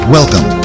Welcome